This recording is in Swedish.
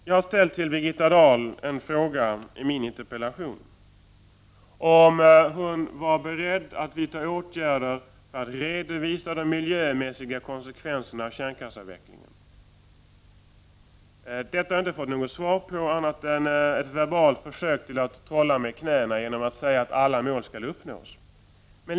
Jag har i min interpellation ställt en fråga till Birgitta Dahl, om hon är beredd att vidta åtgärder för att redovisa de miljömässiga konsekvenserna av kärnkraftsavvecklingen. Detta har jag inte fått något svar på, annat än ett verbalt försök att trolla med knäna genom att säga att alla mål skall uppnås.